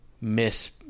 miss